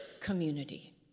Community